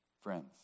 Friends